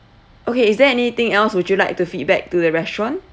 okay is there anything else would you like to feedback to the restaurant